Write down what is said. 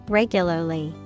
regularly